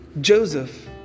Joseph